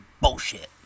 bullshit